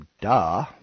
duh